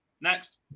Next